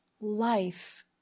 life